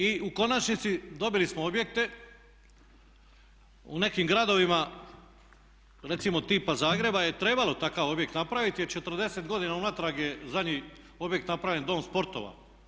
I u konačnici dobili smo objekte u nekim gradovima recimo tipa Zagreba je trebalo takav objekt napraviti jer 40 godina unatrag je zadnji objekt napravljen Dom sportova.